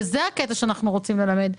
זה הקטע שאנחנו רוצים ללמד.